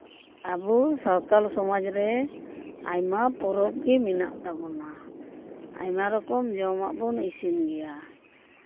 ᱟᱵᱚ ᱥᱟᱶᱛᱟᱞ ᱥᱚᱢᱟᱡᱽ ᱨᱮ ᱟᱭᱢᱟ ᱯᱚᱨᱚᱵᱽ ᱜᱮ ᱢᱮᱱᱟᱜ ᱛᱟᱵᱚᱱᱟ ᱟᱭᱢᱟ ᱨᱚᱠᱚᱢ ᱡᱚᱢᱟᱜ ᱵᱚᱱ ᱤᱥᱤᱱ ᱜᱮᱭᱟ